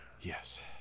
Yes